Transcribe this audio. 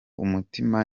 umutima